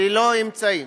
ללא אמצעים.